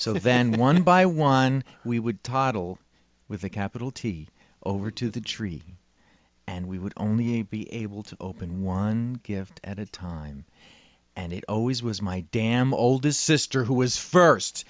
so then one by one we would toddle with a capital t over to the tree and we would only be able to open one gift at a time and it always was my damn oldest sister who was first